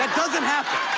doesn't happen.